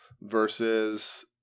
versus